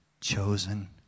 chosen